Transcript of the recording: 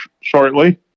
shortly